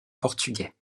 portugais